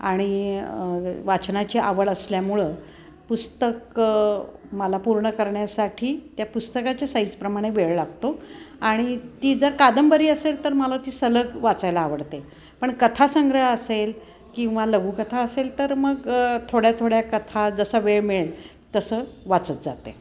आणि वाचनाची आवड असल्यामुळं पुस्तक मला पूर्ण करण्यासाठी त्या पुस्तकाच्या साईजप्रमाणे वेळ लागतो आणि ती जर कादंबरी असेल तर मला ती सलग वाचायला आवडते पण कथासंग्रह असेल किंवा लघुकथा असेल तर मग थोड्या थोड्या कथा जसा वेळ मिळेल तसं वाचत जाते